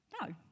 No